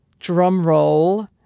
drumroll